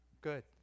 Good